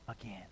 again